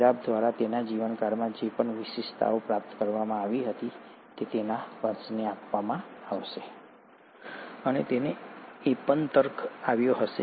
giraffe દ્વારા તેના જીવનકાળમાં જે પણ વિશેષતાઓ પ્રાપ્ત કરવામાં આવી હતી તે તેના વંશને આપવામાં આવશે